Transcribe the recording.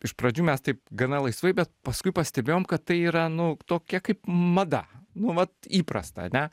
iš pradžių mes taip gana laisvai bet paskui pastebėjom kad tai yra nu tokia kaip mada nu vat įprasta ane